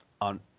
on